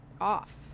Off